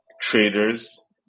traders